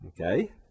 Okay